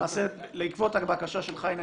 בעקבות הבקשה שלך הנה,